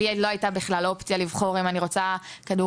לא הייתי לי את האפשרות לבחור האם אני רוצה כדורגל,